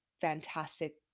fantastic